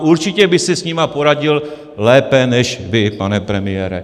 Určitě by si s nimi poradil lépe než vy, pane premiére.